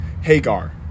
hagar